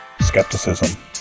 skepticism